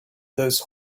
those